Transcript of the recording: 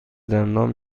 دندان